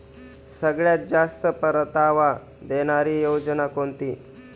सगळ्यात जास्त परतावा देणारी योजना कोणती?